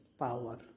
power